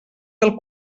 del